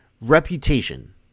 Reputation